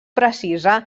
precisa